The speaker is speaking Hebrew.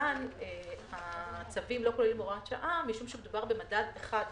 כאן הצווים לא כוללים הוראת שעה משום שמדובר במדד אחד,